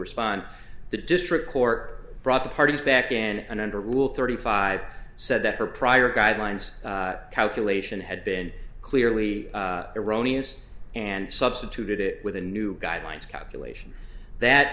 respond the district court brought the parties back in and under rule thirty five said that her prior guidelines calculation had been clearly erroneous and substituted it with the new guidelines copulation that